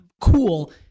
cool